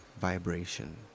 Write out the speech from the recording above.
vibration